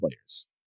players